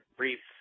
brief